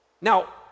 Now